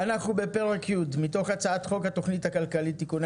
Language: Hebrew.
אנחנו בפרק י' (תחבורה) מתוך הצעת חוק התכנית הכלכלית (תיקוני